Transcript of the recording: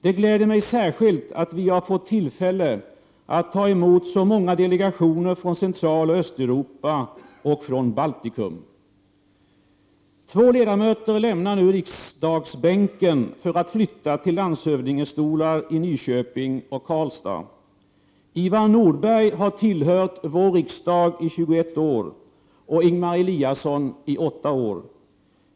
Det gläder mig särskilt att vi har fått tillfälle att ta emot så många delegationer från Centraloch Östeuropa och från Baltikum. Två ledamöter lämnar nu riksdagsbänken för att flytta till landshövdingestolar i Nyköping och Karlstad. Ivar Nordberg har tillhört vår riksdag i 21 år och Ingemar Eliasson i 8 år.